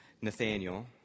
Nathaniel